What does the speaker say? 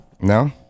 no